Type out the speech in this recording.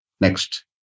Next